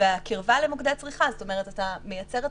והקרבה למוקדי צריכה זאת אומרת שאתה מייצר את